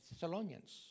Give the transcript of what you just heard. Thessalonians